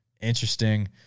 Interesting